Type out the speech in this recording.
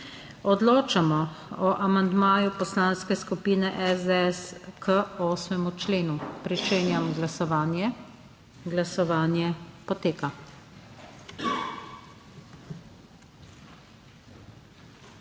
Odločamo o amandmaju Poslanske skupine SDS k 8. členu. Pričenjam glasovanje. Glasujemo.